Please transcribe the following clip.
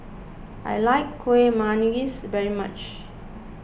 I like Kuih Manggis very much